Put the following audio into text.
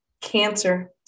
Cancer